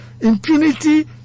impunity